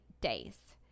days